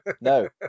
no